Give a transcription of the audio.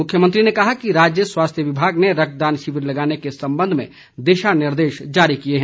मुख्यमंत्री ने कहा कि राज्य स्वास्थ्य विभाग ने रक्तदान शिविर लगाने के संबंध में दिशा निर्देश जारी किए है